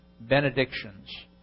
benedictions